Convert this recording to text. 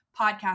podcast